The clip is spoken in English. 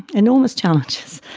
enormous challenges.